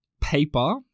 paper